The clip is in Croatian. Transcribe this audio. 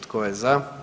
Tko je za?